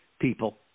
people